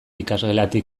ikasgelatik